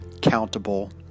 Countable